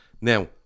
Now